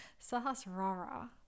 Sahasrara